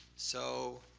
so